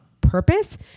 purpose